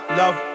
love